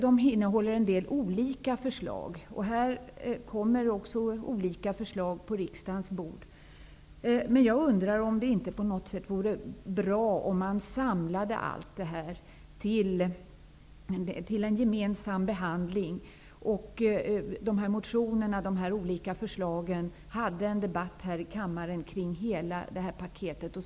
De innehåller olika förslag, som kommer på riksdagens bord. Jag undrar dock om det inte vore bra att samla dessa motioner och olika förslag till en gemensam behandling och ha en debatt i kammaren om hela paketet.